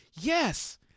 yes